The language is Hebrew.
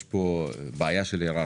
יש בעיה של היררכיה.